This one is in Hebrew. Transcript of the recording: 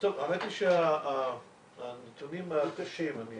האמת היא שהנתונים הקשים, אני